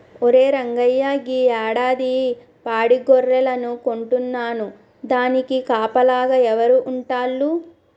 ఒరే రంగయ్య గీ యాడాది పాడి గొర్రెలను కొంటున్నాను దానికి కాపలాగా ఎవరు ఉంటాల్లు